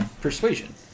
persuasion